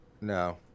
No